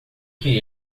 que